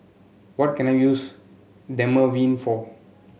what can I use Dermaveen for